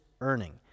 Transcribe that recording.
earning